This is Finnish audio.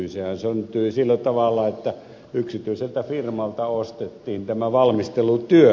sehän syntyi sillä tavalla että yksityiseltä firmalta ostettiin tämä valmistelutyö